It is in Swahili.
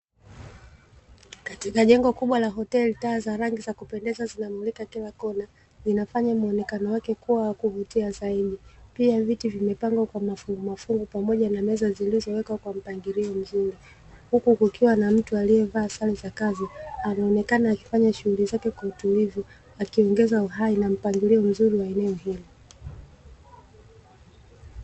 Katika jengo kubwa la hoteli taa za rangi za kupendeza zinamulika kila kona, vinafanya muonekano wake kuwa wakuvutia zaidi. Pia viti vimepangwa kwa mafungumafungu, pamoja na meza zilizowekwa kwa mpangilio mzuri; huku kukiwa na mtu aliyevaa sare za kazi, anaonekana akifanya shughuli zake kwa utulivu akiongeza uhai na mpangilio mzuri wa eneo hilo.